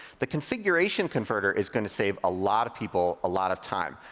the configuration converter is gonna save a lot of people a lot of time.